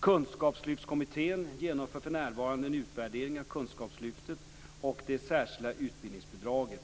Kunskapslyftskommittén genomför för närvarande en utvärdering av Kunskapslyftet och det särskilda utbildningsbidraget.